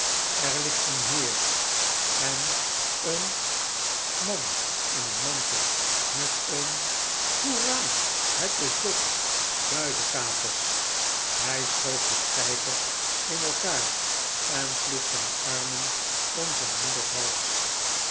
er ligt een heer en een man in een mantel met een hoera het is dob duivekaters hij schoof den kijker in elkaar en sloeg zijn armen om zijn moeders hals